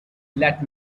let